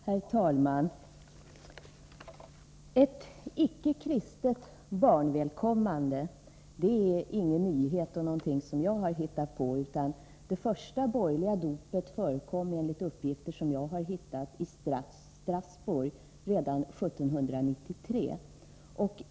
Herr talman! Ett icke-kristet barnvälkomnande är ingen nyhet eller någonting som jag har hittat på; det första borgerliga dopet förekom i Strasbourg redan 1793 enligt uppgifter som jag har fått.